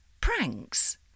Pranks